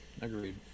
agreed